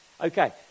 Okay